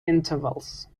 intervals